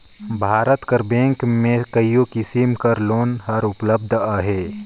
भारत कर बेंक में कइयो किसिम कर लोन हर उपलब्ध अहे